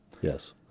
yes